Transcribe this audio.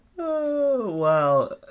Wow